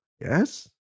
Yes